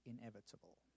inevitable